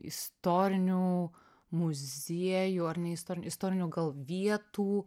istorinių muziejų ar neistorinių istorinių gal vietų